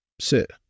Sit